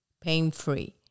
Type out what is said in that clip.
pain-free